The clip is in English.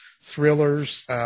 thrillers